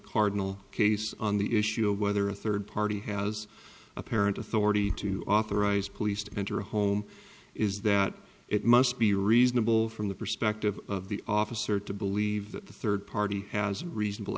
cardinal case on the issue of whether a third party has a parent authority to authorize police to enter a home is that it must be reasonable from the perspective of the officer to believe that the third party has a reasonable